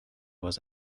was